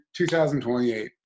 2028